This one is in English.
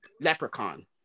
Leprechaun